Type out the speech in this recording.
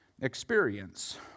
experience